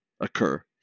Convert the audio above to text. occur